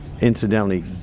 incidentally